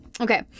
Okay